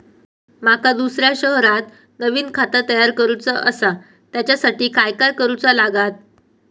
माका दुसऱ्या शहरात नवीन खाता तयार करूचा असा त्याच्यासाठी काय काय करू चा लागात?